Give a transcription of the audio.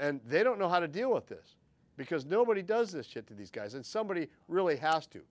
and they don't know how to deal with this because nobody does this shit to these guys and somebody really has to